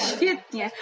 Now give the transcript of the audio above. Świetnie